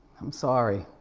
i'm sorry.